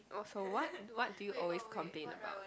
oh so what what do you always complain about